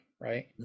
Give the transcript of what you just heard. right